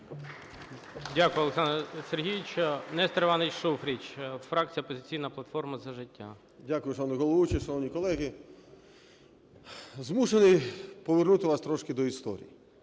Дякую, Олександр Сергійович. Нестор Іванович Шуфрич, фракція "Опозиційна платформа – За життя". 10:48:46 ШУФРИЧ Н.І. Дякую шановний головуючий! Шановні колеги! Змушений повернути вас трошки до історії.